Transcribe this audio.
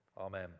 Amen